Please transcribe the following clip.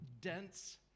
dense